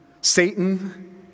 Satan